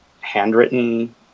handwritten